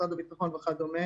משרד הביטחון וכדומה